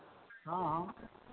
हँ हँ